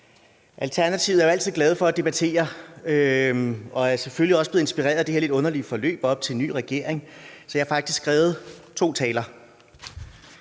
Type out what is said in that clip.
Alternativet er jo altid glade for at debattere og er selvfølgelig også blevet inspireret af det her lidt underlige forløb op til en ny regering, så jeg har faktisk skrevet to taler: